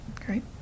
Great